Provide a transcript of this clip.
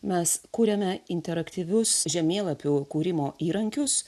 mes kuriame interaktyvius žemėlapių kūrimo įrankius